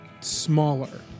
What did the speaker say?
smaller